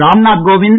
Ramnath Kovind